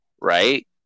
right